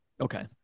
Okay